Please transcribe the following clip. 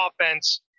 offense